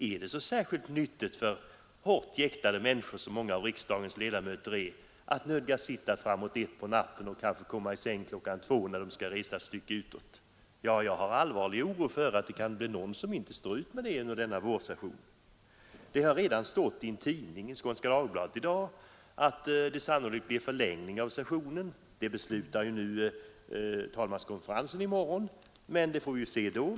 Är det så särskilt nyttigt för hårt jäktade människor, som många av riksdagens ledamöter är, att nödgas sitta i kammaren fram till kl. 1 på natten, och därefter en resa så att de kanske kommer i säng kl. 2. Jag hyser allvarlig oro för att några inte kommer att stå ut med sådana arbetsförhållanden under denna vårsession. Det stod i Skånska Dagbladet i dag att det sannolikt blir en förlängning av vårsessionen. Det beslutar talmanskonferensen om i morgon, och vi får se då.